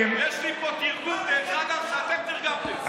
לכללי משחק דמוקרטיים,